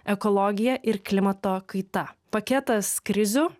ekologija ir klimato kaita paketas krizių